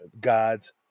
God's